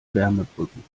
wärmebrücken